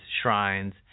shrines